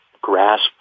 grasp